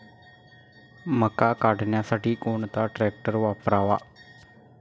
मका काढणीसाठी कोणता ट्रॅक्टर वापरावा?